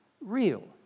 real